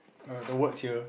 err the words here